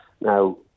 Now